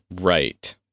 Right